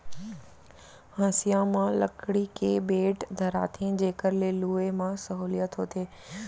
हँसिया म लकड़ी के बेंट धराथें जेकर ले लुए म सहोंलियत होथे